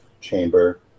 chamber